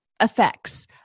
effects